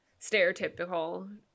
stereotypical